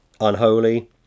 unholy